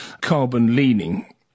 carbon-leaning